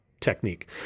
technique